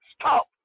stop